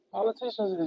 Politicians